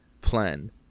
plan